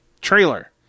trailer